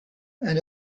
and